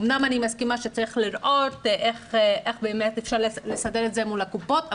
אמנם אני מסכימה שצריך לראות איך אפשר להסדיר את זה מול קופות החולים,